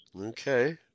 Okay